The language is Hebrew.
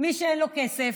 מי שאין לו כסף,